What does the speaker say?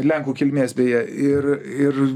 lenkų kilmės beje ir ir